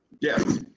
yes